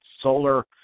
Solar